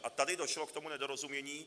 A tady došlo k tomu nedorozumění.